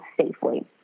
safely